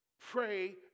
Pray